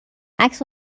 عکس